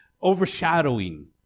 overshadowing